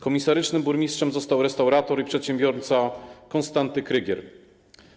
Komisarycznym burmistrzem został restaurator i przedsiębiorca Konstanty Krygier.